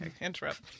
interrupt